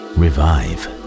revive